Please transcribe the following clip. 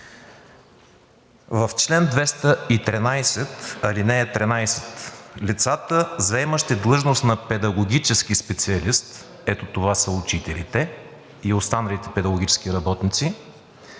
13: „(13) Лицата, заемащи длъжност на педагогически специалист“ – ето това са учителите и останалите педагогически работници